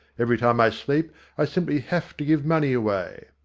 every time i sleep i simply have to give money away.